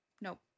Nope